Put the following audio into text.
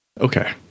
Okay